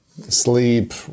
sleep